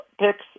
picks